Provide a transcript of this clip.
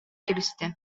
кэбистэ